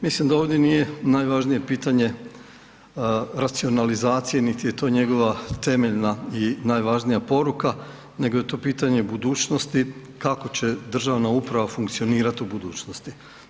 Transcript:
Mislim da ovdje nije najvažnije pitanje racionalizacije nit je to njegova temeljena i najvažnija poruka nego je to pitanje budućnosti kako će državna uprava funkcionirat u budućnosti.